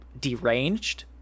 deranged